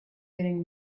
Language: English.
getting